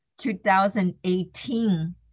2018